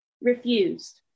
refused